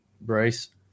Bryce